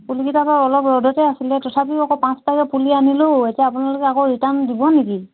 পুলিকেইটা বাৰু অলপ ৰ'দতে আছিলে তথাপিও আকৌ পাঁচটাকৈ পুলি আনিলোঁ এতিয়া আপোনালোকে আকৌ ৰিটাৰ্ণ দিব নেকি